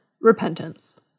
repentance